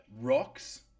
Rocks